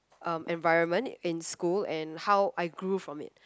um environment in school and how I grew from it